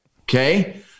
Okay